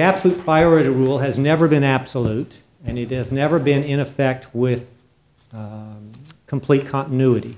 absolute priority rule has never been absolute and it is never been in effect with complete continuity